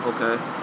Okay